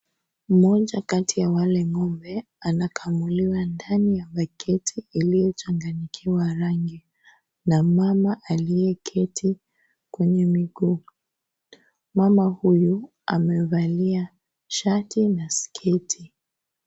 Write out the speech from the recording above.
Mmoja kati ya wale ng'ombe, anakamuliwa ndani ya pakiti iliyochanganyikiwa rangi na mama aliyeketi kwenye miguu. Mama huyu, amevalia shati na sketi.